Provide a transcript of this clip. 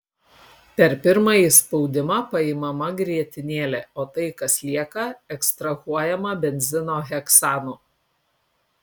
per pirmąjį spaudimą paimama grietinėlė o tai kas lieka ekstrahuojama benzino heksanu